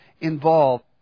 involved